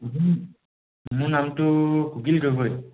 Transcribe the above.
মোৰ নামটো কুকিল গগৈ